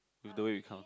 with the way we count